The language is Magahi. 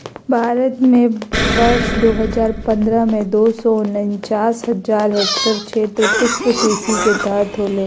भारत में वर्ष दो हजार पंद्रह में, दो सौ उनचास हजार हेक्टयेर क्षेत्र पुष्पकृषि के तहत होले